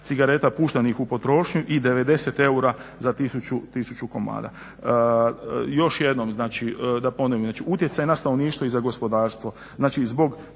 cigareta puštenih u potrošnju i 90 eura za 1000 komada. Još jednom znači da ponovim, znači utjecaj na stanovništvo i za gospodarstvo,